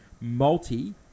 multi